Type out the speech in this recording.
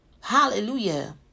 Hallelujah